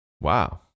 Wow